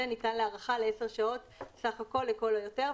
פרק זמן זה ניתן להארכה ל- 10 שעות סך הכל לכל היותר,